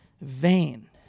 vain